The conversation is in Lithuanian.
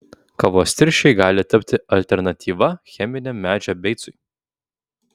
kavos tirščiai gali tapti alternatyva cheminiam medžio beicui